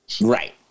Right